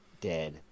dead